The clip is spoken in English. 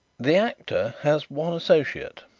the actor has one associate,